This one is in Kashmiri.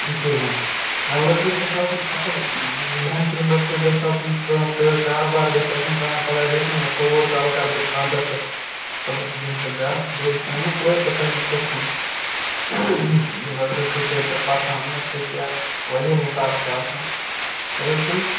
کِہیٖنٛۍ نہَ لڑکہٕ گَژھِ آسُن اَصٕل محنتی لڑکہٕ گَژھِ آسُن کانٛہہ کاروبار گَژھِ آسُن پَگاہ گَژھِ نہٕ مےٚ کوٚر کالہٕ کَرٕ بہٕ خانٛدر تہٕ صُبحس یِیَم سۅ گَرٕ بیٚیہِ چھا مےٚ کورِ تہِ پنٕنہِ پرٕٛژھُن یہِ لڑکہٕ کھسہِ یا ژِےٚ پسنٛد نہَ کھسہِ یا وارِیاہ حِساب چھِ آسان چھِ حظ کِنہٕ